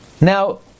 Now